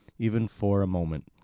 even for a moment.